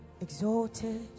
exalted